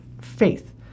faith